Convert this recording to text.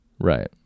Right